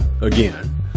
again